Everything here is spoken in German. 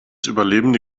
überlebende